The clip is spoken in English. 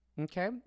Okay